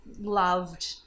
loved